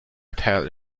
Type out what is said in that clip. tell